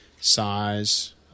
size